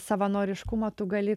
savanorišką tu gali